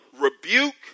rebuke